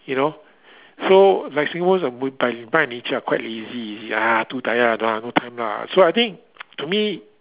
you know so like Singapore is a by by nature are quite lazy you see ah too tired I don't want no time lah so I think to me